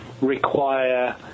require